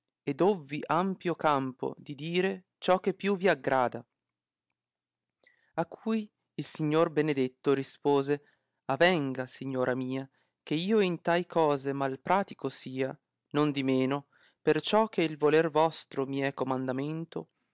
e dovvi ampio campo di dire ciò che più vi aggrada a cui il signor benedetto rispose avenga signora mia che io in tai cose mal pratico sia nondimeno perciò che il voler vostro mi è comandamento